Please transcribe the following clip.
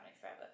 forever